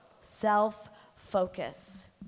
Self-focus